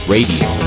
Radio